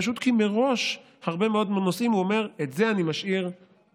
פשוט כי מראש בהרבה מאוד מהנושאים הוא אומר: את זה אני משאיר לממשלה,